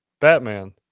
Batman